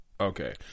okay